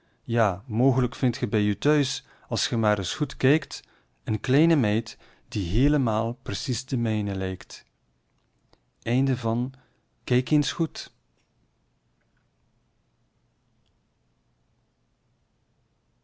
ja mooglijk vindt ge bij u thuis als gij maar eens goed kijkt een kleine meid die heelemaal precies de mijne lijkt eens goed